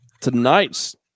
tonight's